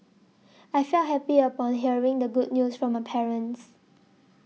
I felt happy upon hearing the good news from my parents